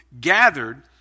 gathered